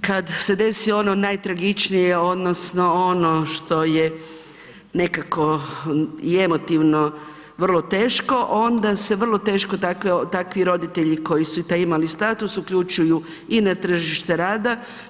kada se desi ono najtragičnije, odnosno ono što je nekako i emotivno vrlo teško onda se vrlo teško takvi roditelji koji su taj imali status uključuju i na tržište rada.